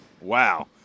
Wow